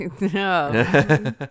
No